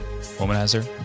womanizer